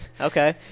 Okay